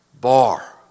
bar